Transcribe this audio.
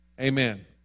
Amen